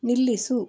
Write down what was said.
ನಿಲ್ಲಿಸು